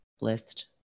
list